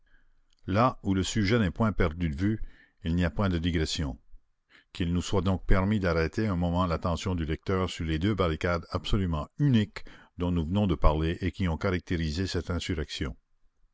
là où le sujet n'est point perdu de vue il n'y a point de digression qu'il nous soit donc permis d'arrêter un moment l'attention du lecteur sur les deux barricades absolument uniques dont nous venons de parler et qui ont caractérisé cette insurrection